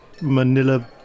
manila